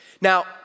Now